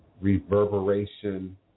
reverberation